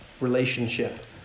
relationship